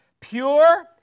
Pure